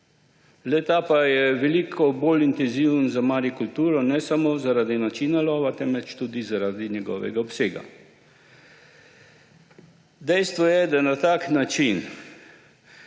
Le-ta pa je veliko bolj intenziven za marikulturo, ne samo zaradi načina lova, temveč tudi zaradi njegovega obsega. Dejstvo je, da na tak način